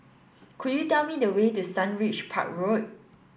could you tell me the way to Sundridge Park Road